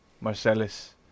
Marcellus